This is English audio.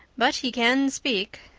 but he can speak.